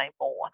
more